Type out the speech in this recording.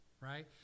right